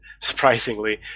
surprisingly